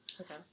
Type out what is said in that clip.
Okay